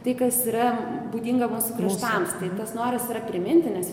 tai kas yra būdinga mūsų kraštams tai tas noras yra priminti nes